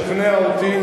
לשכנע אותי